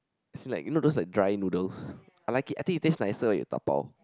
as in like you know those like dry noodles I like it I think it taste nicer when you dapao